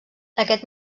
aquest